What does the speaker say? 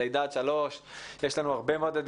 יש לנו הרבה מאוד אתגרים סביב החינוך המיוחד,